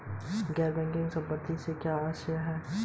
गैर बैंकिंग संपत्तियों से क्या आशय है?